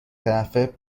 طرفه